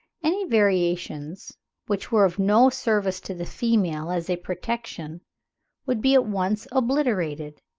any variations which were of no service to the female as a protection would be at once obliterated,